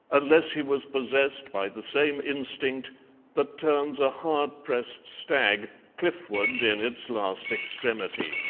unless he was possessed by the same instinct that turns a hard-pressed stag cliffward in its last extremity.